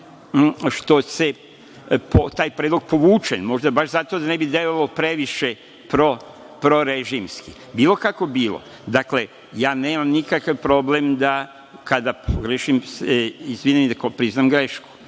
što se taj predlog povuče, možda baš zato da ne bi delovalo previše prorežimski. Bilo kako bilo, ja nemam nikakav problem da kada pogrešim da se izvinem i da priznam grešku,